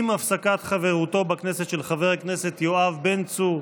עם הפסקת חברותו בכנסת של חבר הכנסת יואב בן צור,